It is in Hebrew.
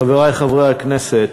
חברי חברי הכנסת,